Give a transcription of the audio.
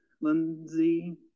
Lindsay